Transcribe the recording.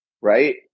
Right